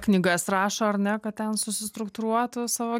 knygas rašo ar ne kad ten susistruktūruotų savo